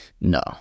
No